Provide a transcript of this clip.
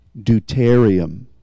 deuterium